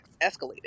escalated